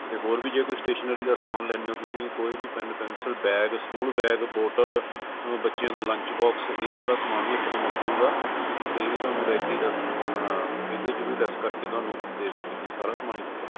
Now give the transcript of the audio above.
ਤੇ ਹੋਰ ਵੀ ਜੇ ਕੋਈ ਸਟੇਸ਼ਨਰੀ ਦਾ ਸਮਾਨ ਲੈਨੇ ਹੋ ਤੁਸੀਂ ਕੋਈ ਵੀ pen pencil bag school bag ਬੋਤਲ ਬੱਚਿਆਂ ਦਾ ਲੰਚ ਬੋਕਸ ਇਹ ਸਾਰਾ ਸਮਾਨ ਵੀ ਆਪਾਂ ਨੂੰ ਮਿਲ ਜਾਊਗਾ ਤੇ ਇਹ ਵੀ ਤੁਹਾਨੂੰ ਰਿਆਤੀ ਦਾ ਹਾਂ ਇਹਦੇ ਚ ਵੀ ਲੈੱਸ ਕਰਕੇ ਤੁਹਾਨੂੰ ਦੇ ਦਿਆਂਗੇ ਸਾਰਾ ਸਮਾਨ ਹੀ ਹੁੰਦਾ